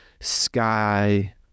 sky